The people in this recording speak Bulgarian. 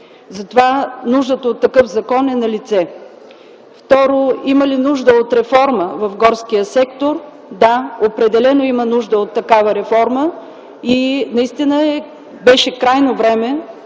Затова нуждата от такъв закон е налице. Второ, има ли нужда от реформа в горския сектор? Да, определено има нужда от такава реформа и наистина беше крайно време